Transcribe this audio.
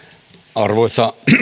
arvoisa